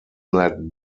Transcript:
let